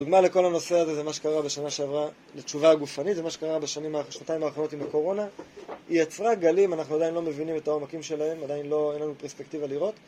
לדוגמה לכל הנושא הזה זה מה שקרה בשנה שעברה לתשובה הגופנית, זה מה שקרה בשנתיים האחרונות עם הקורונה היא יצרה גלים, אנחנו עדיין לא מבינים את העומקים שלהם, עדיין אין לנו פרספקטיבה לראות